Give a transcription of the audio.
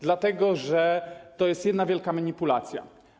Dlatego że to jest jedna wielka manipulacja.